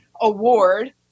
award